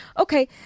Okay